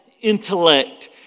intellect